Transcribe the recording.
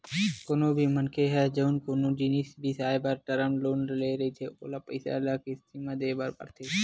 कोनो भी मनखे ह जउन कोनो जिनिस बिसाए बर टर्म लोन ले रहिथे ओला पइसा ल किस्ती म देय बर परथे